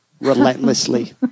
relentlessly